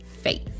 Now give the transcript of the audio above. faith